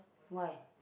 why